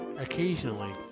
occasionally